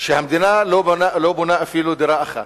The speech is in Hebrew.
שהמדינה לא בונה אפילו דירה אחת,